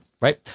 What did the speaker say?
Right